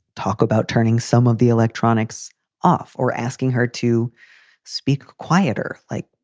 talk about turning some of the electronics off or asking her to speak quieter? like,